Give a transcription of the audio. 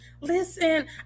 Listen